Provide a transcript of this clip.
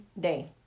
day